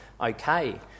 okay